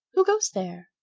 who goes there?